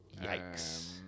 yikes